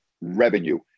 Revenue